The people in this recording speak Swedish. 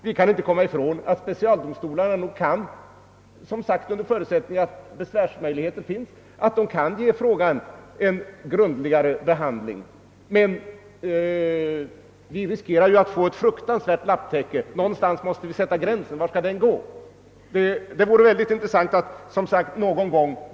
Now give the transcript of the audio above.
Vi kan inte komma ifrån att specialdomstolarna -— som sagt under förutsättning av att besvärsmöjligheter finns — kan ge ärenden en grundligare behandling, men vi riskerar också att få ett fruktansvärt lapptäcke. Någonstans måste vi sätta gränsen. Var skall den gå?